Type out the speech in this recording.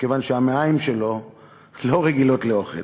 מכיוון שהמעיים שלו לא רגילים לאוכל.